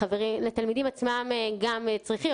התלמידים עצמם גם צריכים,